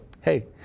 hey